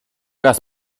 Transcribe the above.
raz